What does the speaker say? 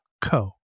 co